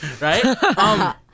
right